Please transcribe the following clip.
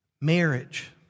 Marriage